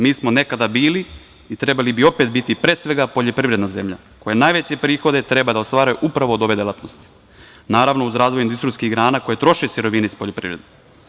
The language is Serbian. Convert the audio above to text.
Mi smo nekada bili i trebali bi opet biti pre svega poljoprivredna zemlja, koja najveće prihode treba da ostvaruje upravo od ove delatnosti, naravno uz razvoj industrijskih grana koje troše sirovine iz poljoprivrede.